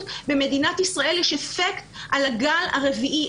במדינת ישראל יש אפקט על הגל הרביעי.